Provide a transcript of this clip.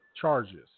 charges